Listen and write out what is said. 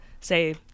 say